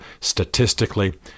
statistically